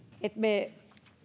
että me